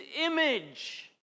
image